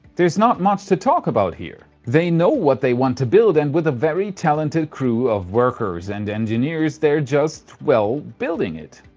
there's not much to talk about here. they know what they want to build and with a very talented crew of workers and engineers, they're just, well, building it.